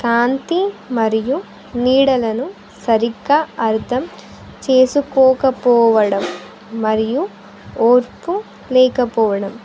కాంతి మరియు నీడలను సరిగ్గా అర్థం చేసుకోకపోవడం మరియు ఓర్పు లేకపోవడం